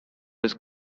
his